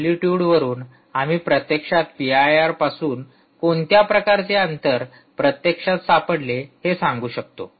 अँप्लिटयूडवरून आम्ही प्रत्यक्षात पीआयआरपासून कोणत्या प्रकारचे अंतर प्रत्यक्षात सापडले हे सांगू शकतो